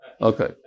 Okay